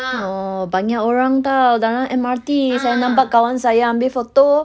oh banyak orang tahu dalam M_R_T saya nampak kawan saya ambil photo